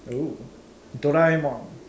oo Doraemon